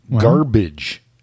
garbage